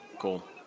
Cool